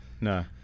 no